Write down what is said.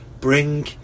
bring